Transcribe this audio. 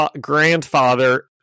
grandfather